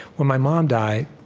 when my mom died